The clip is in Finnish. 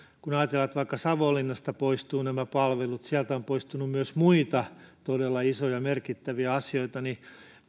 kun ajatellaan että vaikka savonlinnasta poistuvat nämä palvelut ja sieltä on poistunut myös muita todella isoja merkittäviä asioita niin